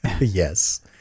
yes